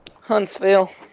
Huntsville